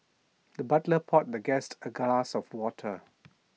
the butler poured the guest A glass of water